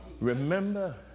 remember